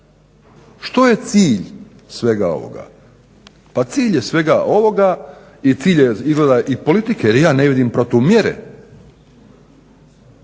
Što je cilj svega ovoga? Pa cilj je svega ovoga i cilj je izgleda i politike jer ja ne vidim protumjere,